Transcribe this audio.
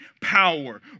power